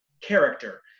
character